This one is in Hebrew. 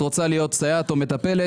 את רוצה להיות סייעת או מטפלת?